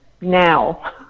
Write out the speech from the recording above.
now